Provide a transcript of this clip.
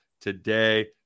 today